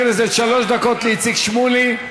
שמולי,